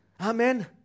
Amen